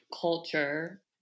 culture